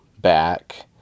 back